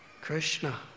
Krishna